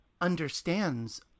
understands